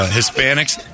Hispanics